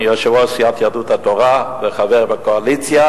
יושב-ראש סיעת יהדות התורה וחבר בקואליציה.